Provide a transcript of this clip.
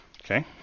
Okay